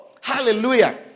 Hallelujah